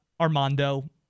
Armando